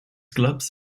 clubs